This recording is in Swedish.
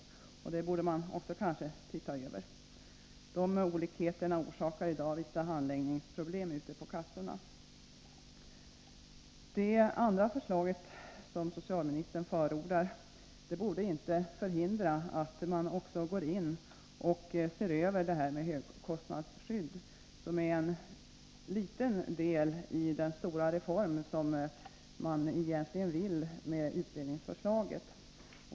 Detta borde man kanske också se över. De olikheterna förorsakar i dag vissa handläggningsproblem ute på kassorna. Ett genomförande av det andra förslaget som socialministern framför borde inte förhindra att man också går in och ser över detta med högkostnadsskydd som är en liten del i den stora reform som man egentligen vill åstadkomma genom utredningsförslaget.